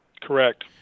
Correct